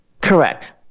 Correct